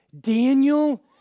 Daniel